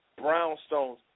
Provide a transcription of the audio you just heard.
brownstones